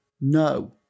no